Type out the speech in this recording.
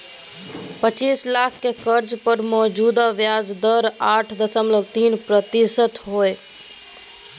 पचीस लाख के कर्ज पर मौजूदा ब्याज दर आठ दशमलब तीन प्रतिशत हइ